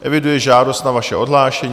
Eviduji žádost o vaše odhlášení.